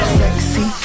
sexy